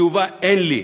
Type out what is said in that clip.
תשובה, אין לי.